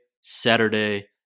Saturday